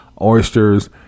oysters